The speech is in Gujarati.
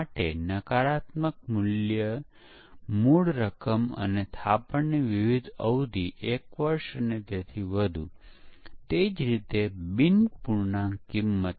ખરેખર કોઇ પુનરાવર્તન ડેવલપમેંટ પ્રક્રિયાઓ જે અત્યારે ખૂબ જ લોકપ્રિય છે તેમાં દરેક પુનરાવર્તન માટે નાનું વોટરફોલ છે જ્યાં સ્પષ્ટીકરણ ડિઝાઇન કોડિંગ અને પરીક્ષણ કરવામાં આવે છે